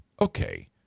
Okay